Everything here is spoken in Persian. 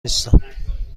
نیستم